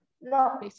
no